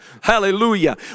Hallelujah